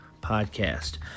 podcast